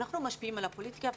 אנחנו משפיעים על הפוליטיקה,